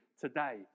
today